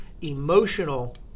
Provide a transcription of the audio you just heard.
emotional